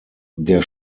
der